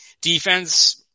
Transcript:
Defense